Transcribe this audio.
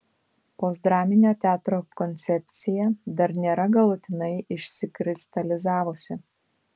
postdraminio teatro koncepcija dar nėra galutinai išsikristalizavusi